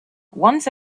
once